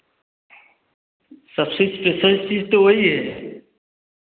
सबसे स्पेशल चीज़ तो वही है